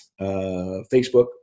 Facebook